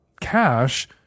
cash